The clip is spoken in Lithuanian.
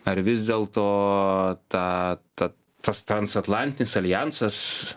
ar vis dėlto ta ta tas transatlantinis aljansas